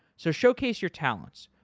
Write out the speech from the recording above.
so, showcase your talents.